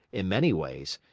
in many ways,